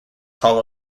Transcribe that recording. hall